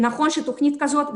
שתוכנית כזאת,